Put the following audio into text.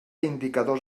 indicadors